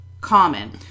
common